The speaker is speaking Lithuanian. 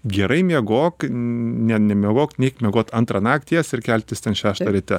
gerai miegok ne nemiegok neik miegot antrą nakties ir keltis ten šeštą ryte